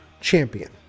Champion